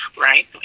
right